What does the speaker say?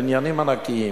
בניינים ענקיים,